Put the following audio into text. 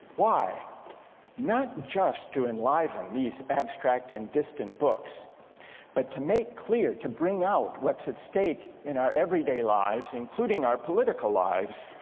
why not just to enliven these abstract and distant books but to make clear to bring out what's at stake in our everyday lives including our political lives,